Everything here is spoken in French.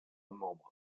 membre